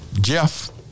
Jeff